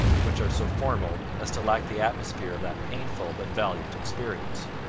which are so formal as to lack the atmosphere of that painful but valiant experience.